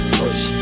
push